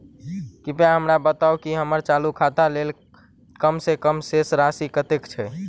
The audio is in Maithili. कृपया हमरा बताबू की हम्मर चालू खाता लेल कम सँ कम शेष राशि कतेक छै?